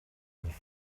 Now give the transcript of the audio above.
ens